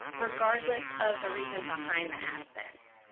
regardless of the reason behind the absence.